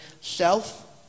self